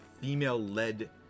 female-led